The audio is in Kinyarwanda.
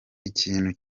ikintu